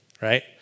right